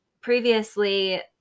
previously